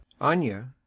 anya